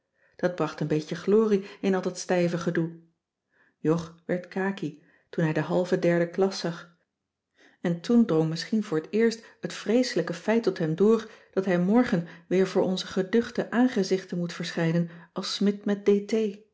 dat bracht een beetje glorie in al dat stijve gedoe jog werd khaki toen hij de halve derde klas zag en toen drong misschien voor t eerst het vreeselijke feit tot hem door dat hij morgen weer voor onze geduchte aangezichten moet verschijnen als smidt met